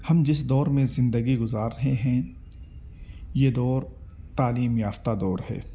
ہم جس دور میں زندگی گزار رہے ہیں یہ دور تعلیم یافتہ دور ہے